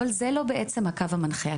אבל זה לא בעצם הקו המנחה.